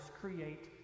create